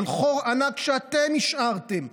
על חור ענק שאתם השארתם,